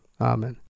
Amen